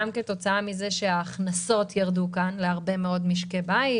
גם כתוצאה מכך שההכנסות ירדו כאן להרבה מאוד משקי בית,